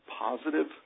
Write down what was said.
positive